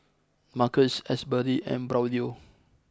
Marcus Asberry and Braulio